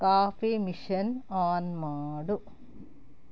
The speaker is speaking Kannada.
ಕಾಫಿ ಮಿಷನ್ ಆನ್ ಮಾಡು